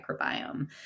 microbiome